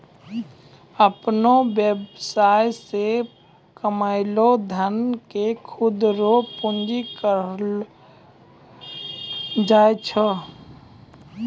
अपनो वेवसाय से कमैलो धन के खुद रो पूंजी कहलो जाय छै